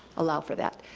allow for that.